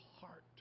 heart